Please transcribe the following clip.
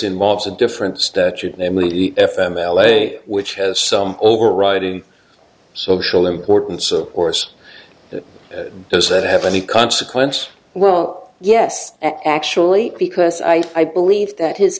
involves a different statute namely f m l a which has some overriding social importance of course does that have any consequence well yes actually because i believe that his